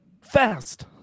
fast